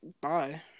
Bye